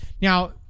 Now